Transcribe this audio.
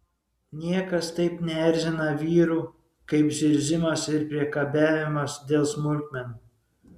niekas taip neerzina vyrų kaip zirzimas ir priekabiavimas dėl smulkmenų